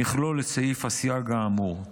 יכלול את סעיף הסייג האמור.